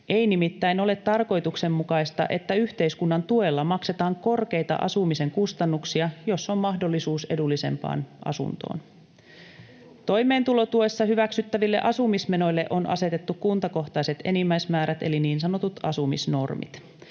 Ei nimittäin ole tarkoituksenmukaista, että yhteiskunnan tuella maksetaan korkeita asumisen kustannuksia, jos on mahdollisuus edullisempaan asuntoon. Toimeentulotuessa hyväksyttäville asumismenoille on asetettu kuntakohtaiset enimmäismäärät eli niin sanotut asumisnormit.